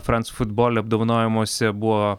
franc futbol apdovanojimuose buvo